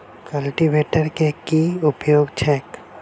Cultivator केँ की उपयोग छैक?